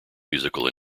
musical